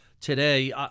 today